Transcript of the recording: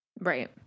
right